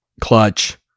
clutch